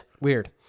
weird